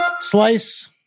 Slice